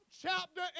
chapter